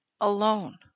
alone